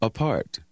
Apart